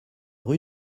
rue